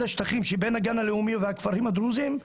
השטחים של בין הגן הלאומי והכפרים הדרוזים,